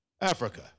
Africa